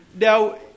now